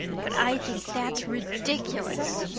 but i think that's ridiculous.